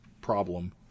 problem